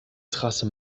trasse